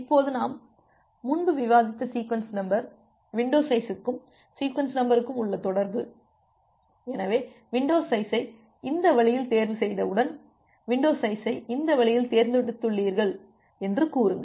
இப்போது நாம் முன்பு விவாதித்த சீக்வென்ஸ் நம்பர் வின்டோ சைஸ்க்கும் சீக்வென்ஸ் நம்பருக்கும் உள்ள தொடர்பு எனவே வின்டோ சைஸை இந்த வழியில் தேர்வு செய்தவுடன் வின்டோ சைஸை இந்த வழியில் தேர்ந்தெடுத்துள்ளீர்கள் என்று கூறுங்கள்